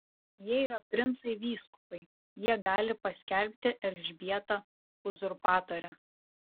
jie yra princai vyskupai jie gali paskelbti elžbietą uzurpatore